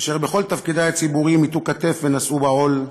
אשר בכל תפקידי הציבוריים הטו כתף ונשאו בעול,